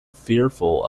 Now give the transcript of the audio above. fearful